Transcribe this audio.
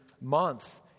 month